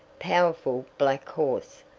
powerful black horse,